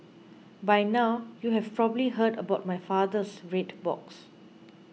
by now you have probably heard about my father's red box